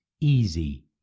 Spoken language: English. easy